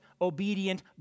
obedient